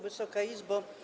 Wysoka Izbo!